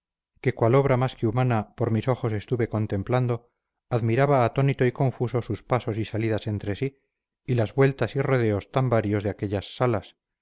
que cual obra más que humana por mis ojos estuve contemplando admiraba atónito y confuso sus pasos y salidas entre sí y las vueltas y rodeos tan varios de aquellas salas